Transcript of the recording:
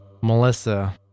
Melissa